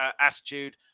attitude